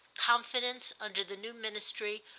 confidence, under the new ministry,